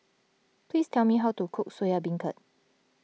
please tell me how to cook Soya Beancurd